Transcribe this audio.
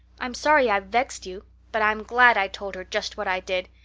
i'm sorry i've vexed you but i'm glad i told her just what i did.